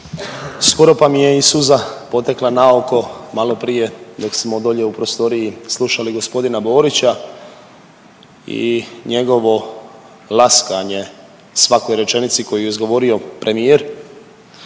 skoro pa mi je i suza potekla na oko maloprije dok smo dolje u prostoriji slušali gospodina Borića i njegovo laskanje svakoj rečenici koju je izgovorio premijer